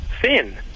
thin